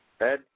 Ed